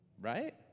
Right